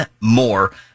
more